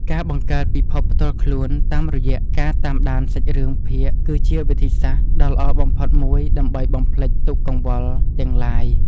ការបង្កើតពិភពផ្ទាល់ខ្លួនតាមរយៈការតាមដានសាច់រឿងភាគគឺជាវិធីសាស្ត្រដ៏ល្អបំផុតមួយដើម្បីបំភ្លេចទុក្ខកង្វល់ទាំងឡាយ។